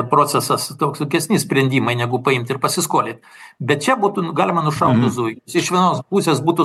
procesas daug sunkesni sprendimai negu paimt ir pasiskolint bet čia būtų galima nušaut du zuikius iš vienos pusės būtų